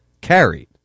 carried